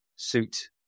suit